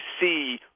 see